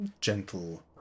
gentle